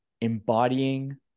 embodying